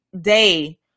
day